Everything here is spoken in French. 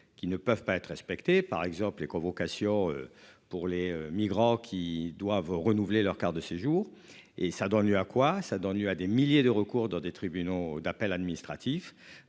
qui ne peuvent pas être respectées par exemple les convocations pour les migrants qui doivent renouveler leur carte de séjour et ça donne lieu à quoi, ça donne lieu à des milliers de recours dans des tribunaux d'appel administratif